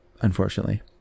unfortunately